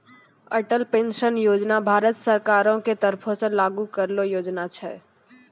Atal pension योजना भारत सरकारो के तरफो से लागू करलो योजना छै